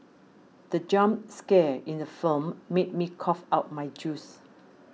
the jump scare in the film made me cough out my juice